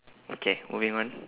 okay moving on